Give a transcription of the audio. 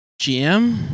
GM